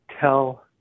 tell